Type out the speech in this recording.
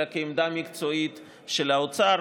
אלא כעמדה מקצועית של האוצר,